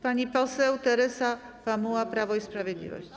Pani poseł Teresa Pamuła, Prawo i Sprawiedliwość.